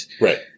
Right